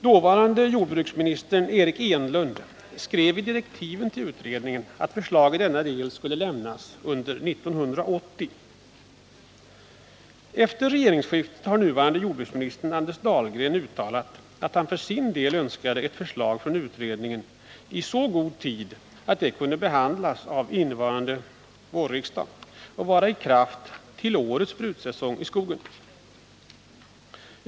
Dåvarande jordbruksministern, Eric Enlund, skrev i direktiven att förslag i denna del skulle lämnas under hösten 1980. Efter regeringsskiftet har nuvarande jordbruksministern, Anders Dahlgren, uttalat att han för sin del önskade ett förslag från utredningen i så god tid att det kunde behandlas av riksdagen under innevarande vår och vara i kraft till årets sprutsäsong i skogen.